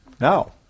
No